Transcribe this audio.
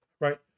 Right